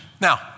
Now